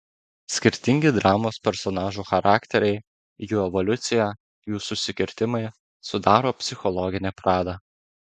skirtingi dramos personažų charakteriai jų evoliucija jų susikirtimai sudaro psichologinį pradą